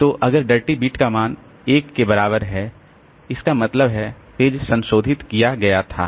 तो अगर dirty bit का मान 1 के बराबर है इसका मतलब है पेज संशोधित किया गया था